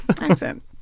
Accent